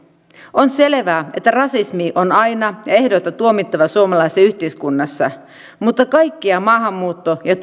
on selvää että rasismi on aina ja ehdoitta tuomittava suomalaisessa yhteiskunnassa mutta kaikkea maahanmuutto ja